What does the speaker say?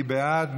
מי בעד?